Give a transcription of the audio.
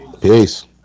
Peace